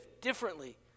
differently